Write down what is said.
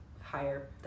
higher